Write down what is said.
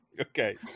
Okay